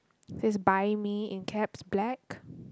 there's buy me in caps black